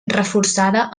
reforçada